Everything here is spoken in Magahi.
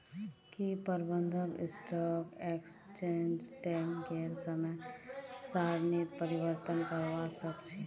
की प्रबंधक स्टॉक एक्सचेंज ट्रेडिंगेर समय सारणीत परिवर्तन करवा सके छी